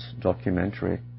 documentary